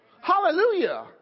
Hallelujah